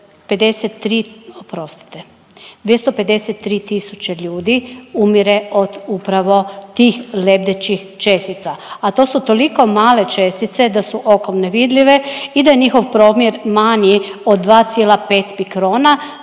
253000 ljudi umire od upravo tih lebdećih čestica, a to su toliko male čestice da su okom nevidljive i da je njihov promjer manji od 2,5 mikrona,